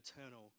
eternal